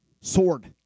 sword